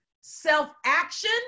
Self-action